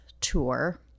tour